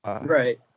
right